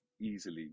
easily